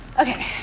Okay